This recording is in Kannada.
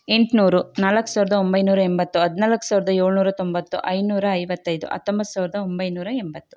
ಎಂಟುನೂರು ನಾಲ್ಕು ಸಾವಿರದ ಒಂಬೈನೂರ ಎಂಬತ್ತು ಹದಿನಾಲ್ಕು ಸಾವಿರದ ಏಳ್ನೂರ ತೊಂಬತ್ತು ಐನೂರ ಐವತ್ತೈದು ಹತ್ತೊಂಬತ್ತು ಸಾವಿರದ ಒಂಬೈನೂರ ಎಂಬತ್ತು